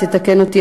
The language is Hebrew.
תתקן אותי,